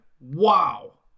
Wow